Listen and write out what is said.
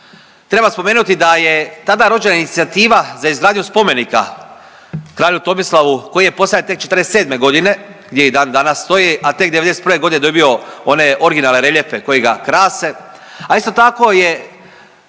Treba spomenuti da je tada rođena inicijativa za izgradnju spomenika kralju Tomislavu koji je postavljen tek četrdeset i sedme godine gdje i dan danas stoji, a tek '91. godine je dobio one originalne reljefe koji ga krase.